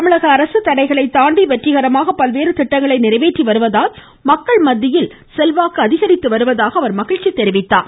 தமிழக அரசு தடைகளை தாண்டி வெற்றிகரமாக பல்வேறு திட்டங்களை நிறைவேற்றி வருவதால் மக்கள் மத்தியில் செல்வாக்கு அதிகரித்து வருவதாக மகிழ்ச்சி தெரிவித்தார்